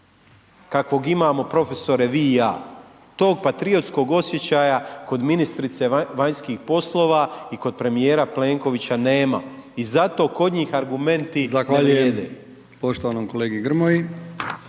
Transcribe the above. kakvog imamo profesore vi i ja. Tog patriotskog osjećaja kod ministrice vanjskih poslova i kod premijera Plenkovića nema i zato kod njih argumenti …/Upadica: